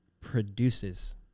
produces